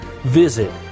Visit